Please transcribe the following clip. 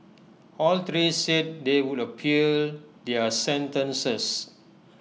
all three said they would appeal their sentences